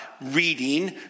reading